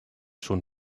schon